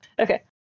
Okay